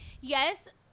yes